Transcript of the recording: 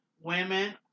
women